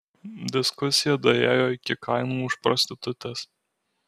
diskusija daėjo iki kainų už prostitutes